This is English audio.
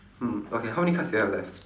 hmm okay how many cards do you have left